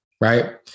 right